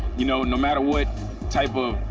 you know no matter what type of,